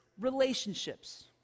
relationships